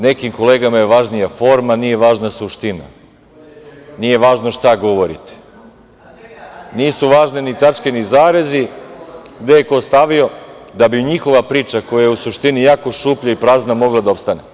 Nekim kolegama je važnija forma, nije važna suština, nije važno šta govorite, nisu važne ni tačke, ni zarezi, gde je ko stavio, da bi njihova priča, koja je u suštini jako šuplja i prazna, mogla da opstane.